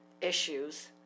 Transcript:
issues